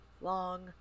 long